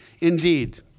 indeed